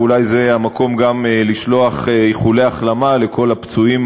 ואולי זה המקום גם לשלוח איחולי החלמה לכל הפצועים